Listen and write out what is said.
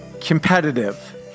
competitive